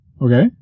Okay